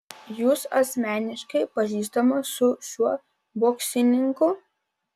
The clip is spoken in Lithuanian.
jūs asmeniškai pažįstamas su šiuo boksininku